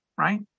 Right